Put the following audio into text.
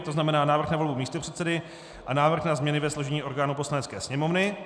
To znamená Návrh na volbu místopředsedy a Návrh na změny ve složení orgánů Poslanecké sněmovny.